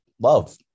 love